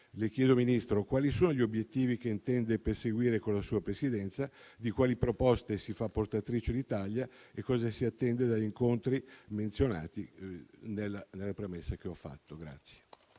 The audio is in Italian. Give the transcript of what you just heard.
Le chiedo, signor Ministro, quali sono gli obiettivi che intende perseguire con la sua presidenza: di quali proposte si fa portatrice l'Italia e cosa si attende dagli incontri menzionati nella premessa che ho fatto?